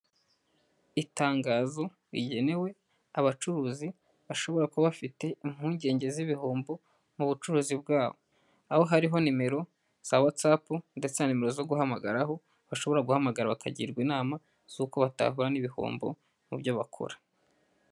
Itangazo rigenewe abacuruzi bashobora kuba bafite impungenge z'ibihombo mu bucuruzi bwabo, aho hariho nimero za watsapu ndetse na nimero zo guhamagaraho bashobora guhamagara bakagirwa inama z'uko batahura n'ibihombo mu byo bakora.